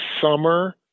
summer